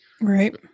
Right